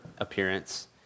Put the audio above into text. appearance